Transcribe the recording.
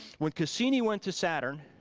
when cassini went to saturn,